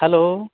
hello